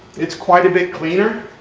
it's quite a bit cleaner.